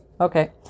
Okay